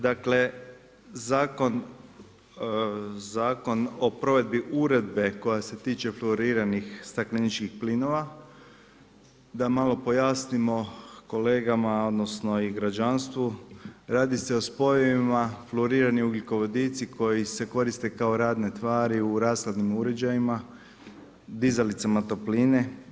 Dakle, Zakon o provedbi uredbe koja se tiče flouriranih stakleničkih plinova, da malo pojasnimo kolegama i građanstvu, radi se o spojevima flourirani ugljikovodici koji se koriste kao radne tvari u rashladnim uređajima, dizalicama topline.